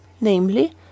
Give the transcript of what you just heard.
namely